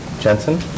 jensen